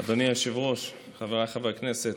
אדוני היושב-ראש, חבריי חברי הכנסת,